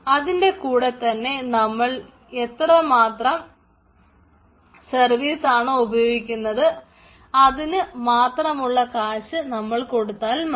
അതിൻറെ കൂടെ തന്നെ നമ്മൾ എത്രമാത്രം സർവീസ് ആണോ ഉപയോഗിക്കുന്നത് അതിനു മാത്രമുള്ള കാശ് നമ്മൾ കൊടുത്താൽ മതി